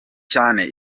cyane